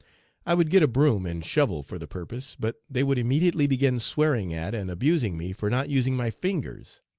i would get a broom and shovel for the purpose, but they would immediately begin swearing at and abusing me for not using my fingers,